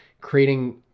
creating